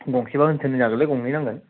गंसेबा होनथोन जागोनलै गंनै नांगोन